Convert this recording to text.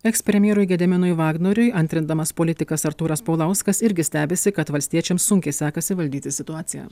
ekspremjerui gediminui vagnoriui antrindamas politikas artūras paulauskas irgi stebisi kad valstiečiams sunkiai sekasi valdyti situaciją